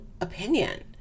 opinion